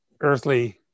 earthly